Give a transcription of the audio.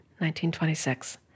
1926